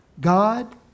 God